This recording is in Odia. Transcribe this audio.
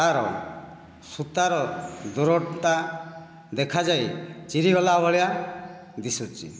ତା'ର ସୂତାର ଡୋରଟା ଦେଖା ଯାଏ ଚିରିଗଲା ଭଳିଆ ଦିଶୁଛି